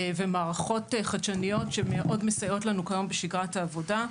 ומערכות חדשניות שמאוד מסייעות לנו כיום בשגרת העבודה,